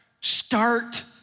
start